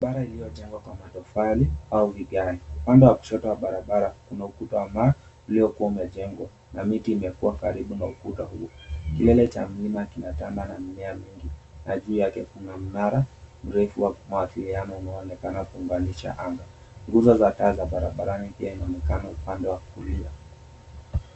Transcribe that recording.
Barabara iliyojengwa kwa matofali au vigae upande wa kushoto wa barabara kuna ukuta wa mawe uliyokuwa umejengwa na miti imekuwa karibu na ukuta huo, kilele cha mlima kinatana na mimea mingi na juu yake kuna mnara mrefu wa mawasiliano unaonekana kuunganisha anga, nguzo za taa za barabara pia inaonekana upande wa kulia.